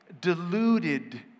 deluded